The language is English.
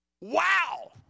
Wow